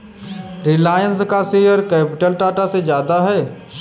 रिलायंस का share capital Tata से ज्यादा है